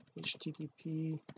http